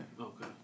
Okay